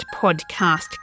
podcast